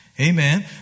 Amen